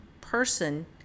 person